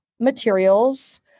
materials